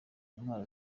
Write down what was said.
intwaro